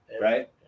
right